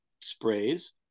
sprays